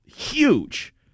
Huge